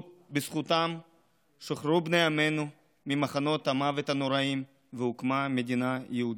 בזכותם שוחררו בני עמנו ממחנות המוות הנוראיים והוקמה מדינה יהודית.